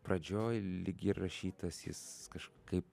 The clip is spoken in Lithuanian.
pradžioj lyg ir rašytas jis kažkaip